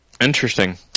Interesting